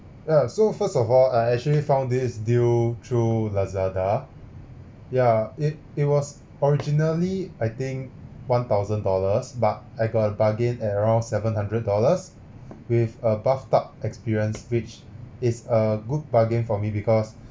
yeah so first of all I actually found this deal through Lazada yeah it it was originally I think one thousand dollars but I got a bargain at around seven hundred dollars with a bathtub experience which is a good bargain for me because